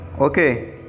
Okay